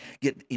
get